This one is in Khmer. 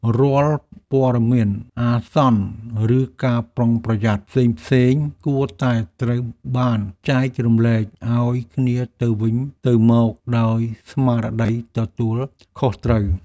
រាល់ព័ត៌មានអាសន្នឬការប្រុងប្រយ័ត្នផ្សេងៗគួរតែត្រូវបានចែករំលែកឱ្យគ្នាទៅវិញទៅមកដោយស្មារតីទទួលខុសត្រូវ។